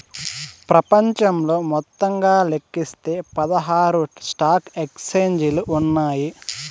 ప్రపంచంలో మొత్తంగా లెక్కిస్తే పదహారు స్టాక్ ఎక్స్చేంజిలు ఉన్నాయి